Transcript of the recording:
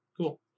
Cool